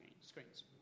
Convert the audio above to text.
screens